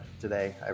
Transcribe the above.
today